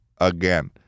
again